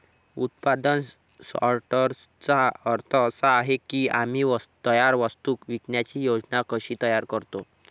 उत्पादन सॉर्टर्सचा अर्थ असा आहे की आम्ही तयार वस्तू विकण्याची योजना कशी तयार करतो